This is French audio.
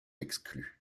exclu